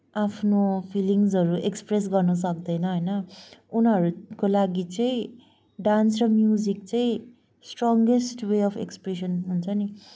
आफ्नो फिलिङ्सहरू एक्सप्रेस गर्न सक्दैन होइन उनीहरूको लागि चाहिँ डान्स र म्युजिक चाहिँ स्ट्रङ्गेस्ट वे अफ एक्सप्रेसन हुन्छ नि